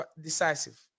decisive